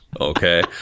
okay